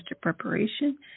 preparation